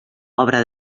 obra